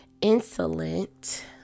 insolent